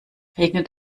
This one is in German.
regnet